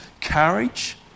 courage